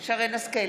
שרן מרים השכל,